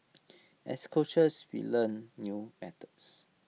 as coaches we learn new methods